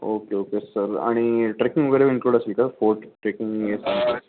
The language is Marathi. ओके ओके सर आणि ट्रेकिंग वगैरे पण इन्क्लूड असली का फोर्ट ट्रेकिंग